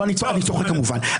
לא, אני צוחק כמובן.